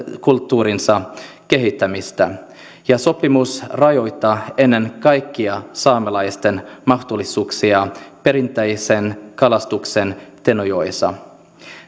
kulttuurinsa kehittämistä ja sopimus rajoittaa ennen kaikkea saamelaisten mahdollisuuksia perinteiseen kalastukseen tenojoessa